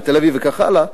בתל-אביב וכך הלאה,